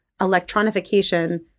electronification